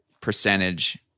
percentage